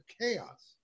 chaos